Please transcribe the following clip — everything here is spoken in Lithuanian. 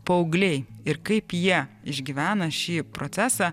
paaugliai ir kaip jie išgyvena šį procesą